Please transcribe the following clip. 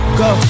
go